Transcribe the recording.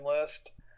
list